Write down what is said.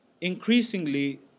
increasingly